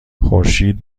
خورشید